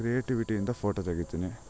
ಕ್ರಿಯೇಟಿವಿಟಿಯಿಂದ photo ತೆಗಿತ್ತಿನಿ